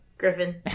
Griffin